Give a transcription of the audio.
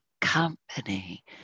company